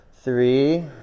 Three